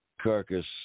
Carcass